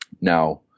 Now